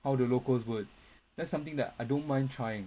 how the locals would that's something that I don't mind trying